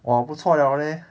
!wah! 不错 liao leh